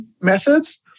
methods